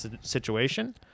situation